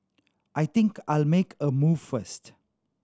I think I'll make a move first